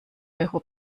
euro